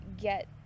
get